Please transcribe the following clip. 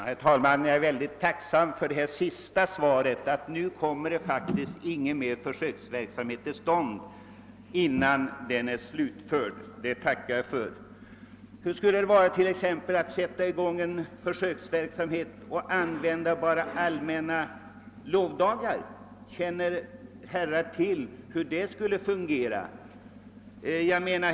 Herr talman! Jag är tacksam för vad statsrådet sade om att det inte kommer att bli någon mer försöksverksamhet innan den nuvarande är slutförd. Hur skulle det t.ex. vara att sätta i gång försöksverksamhet och använda bara allmänna lovdagar? Känner herrarna till hur detta skulle fungera?